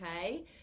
okay